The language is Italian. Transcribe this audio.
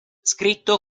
scritto